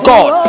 God